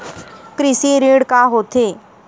कृषि ऋण का होथे?